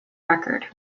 record